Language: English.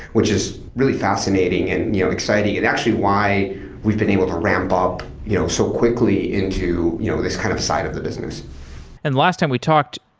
which is really fascinating and and you know exciting and actually why we've been able to ramp up you know so quickly into you know this kind of side of the business and last time we talked,